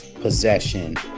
possession